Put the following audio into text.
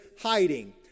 hiding